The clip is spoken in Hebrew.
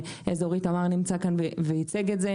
האזורית תמר נמצא כאן וייצג את זה.